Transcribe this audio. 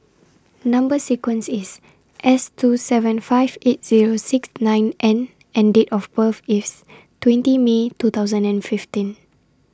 Number sequence IS S two seven five eight Zero six nine N and Date of birth IS twenty May two thousand and fifteen